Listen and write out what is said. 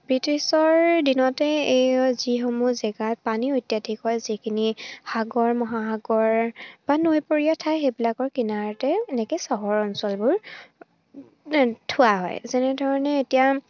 ব্ৰিটিছৰ দিনতে এই যিসমূহ জেগাত পানী অত্যাধিক হয় যিখিনি সাগৰ মহাসাগৰ বা নৈপৰীয়া ঠাই সেইবিলাকৰ কিনাৰতে এনেকৈ চহৰ অঞ্চলবোৰ থোৱা হয় যেনেধৰণে এতিয়া